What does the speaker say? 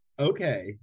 Okay